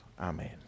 Amen